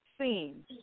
seen